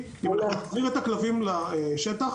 אם נחזיר את הכלבים לשטח,